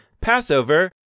Passover